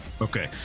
Okay